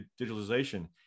digitalization